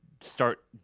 start